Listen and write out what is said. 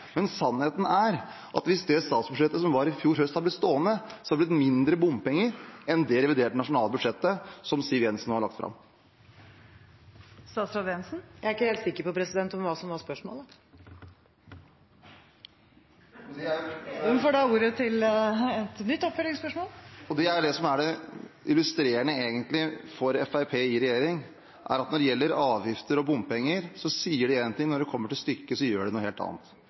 Sannheten er at hvis det statsbudsjettet som var i fjor høst, hadde blitt stående, hadde det blitt mindre bompenger enn i det reviderte nasjonalbudsjettet som Siv Jensen nettopp har lagt fram. Jeg er ikke helt sikker på hva som var spørsmålet. Trygve Slagsvold Vedum – til oppfølgingsspørsmål. Det som er illustrerende for Fremskrittspartiet i regjering, er at når det gjelder avgifter og bompenger, sier de én ting, men når det kommer til stykket, gjør de noe helt annet.